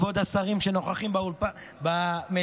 כבוד השרים שנוכחים במליאה,